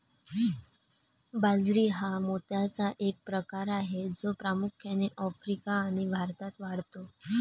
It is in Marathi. बाजरी हा मोत्याचा एक प्रकार आहे जो प्रामुख्याने आफ्रिका आणि भारतात वाढतो